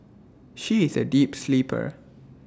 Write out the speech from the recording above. she is A deep sleeper